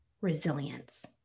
resilience